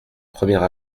première